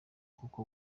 kuko